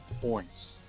points